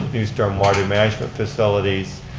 new storm water management facilities,